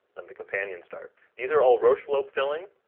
than the companion star. these are all roche lobe filling,